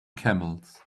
camels